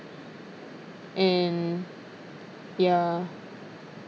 and ya